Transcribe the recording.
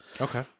Okay